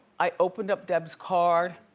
i opened up deb's card,